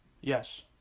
Yes